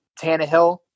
Tannehill